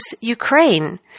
Ukraine